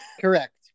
Correct